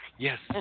Yes